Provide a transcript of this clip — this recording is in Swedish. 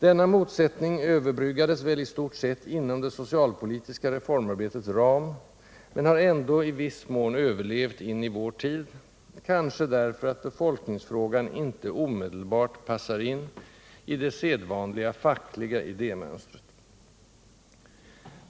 Denna motsättning överbryggades väl i stort sett inom det socialpolitiska reformarbetets ram men har ändå i viss mån överlevt in i vår tid, kanske därför att befolkningsfrågan inte omedelbart passar in i det sedvanliga fackliga idémönstret.